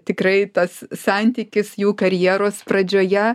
tikrai tas santykis jų karjeros pradžioje